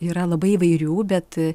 yra labai įvairių bet